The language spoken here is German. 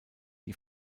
die